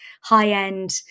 high-end